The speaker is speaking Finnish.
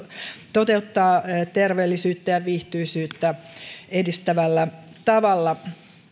toteuttaa terveellisyyttä ja viihtyisyyttä edistävällä tavalla tämä